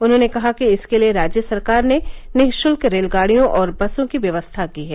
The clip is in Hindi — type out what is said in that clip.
उन्होंने कहा कि इसके लिए राज्य सरकार ने निःशल्क रेलगाडियों और बसों की व्यवस्था की है